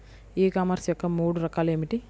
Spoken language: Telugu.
ఈ కామర్స్ యొక్క మూడు రకాలు ఏమిటి?